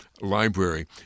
Library